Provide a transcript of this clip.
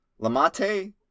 Lamate